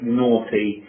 naughty